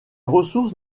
ressources